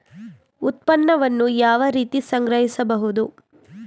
ಉತ್ಪನ್ನವನ್ನು ಯಾವ ರೀತಿ ಸಂಗ್ರಹಿಸಬಹುದು?